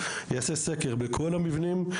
שיעשה סקר בכל המבנים.